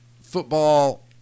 football